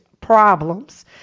problems